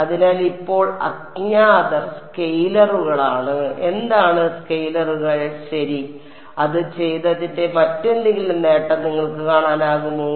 അതിനാൽ ഇപ്പോൾ അജ്ഞാതർ സ്കെയിലറുകളാണ് എന്താണ് സ്കെയിലറുകൾ ശരി ഇത് ചെയ്തതിന്റെ മറ്റെന്തെങ്കിലും നേട്ടം നിങ്ങൾക്ക് കാണാനാകുമോ